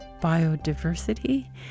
biodiversity